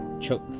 Chuck